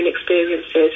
experiences